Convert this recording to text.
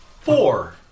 Four